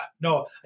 No